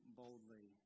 boldly